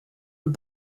and